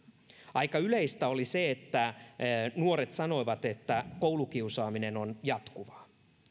aika yleistä oli se että nuoret sanoivat että koulukiusaaminen on jatkuvaa